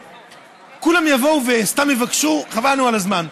כולם יבואו וסתם יבקשו, חבל לנו על הזמן.